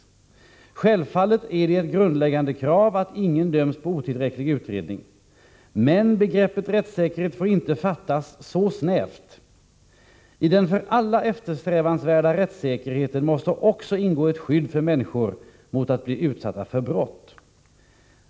Självfallet är det ett grundläggande krav att ingen döms på otillräcklig utredning. Men begreppet rättssäkerhet får inte fattas så snävt. I den för alla eftersträvansvärda rättssäkerheten måste också ingå ett skydd för människor mot att bli utsatta för brott.